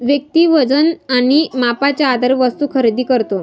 व्यक्ती वजन आणि मापाच्या आधारे वस्तू खरेदी करतो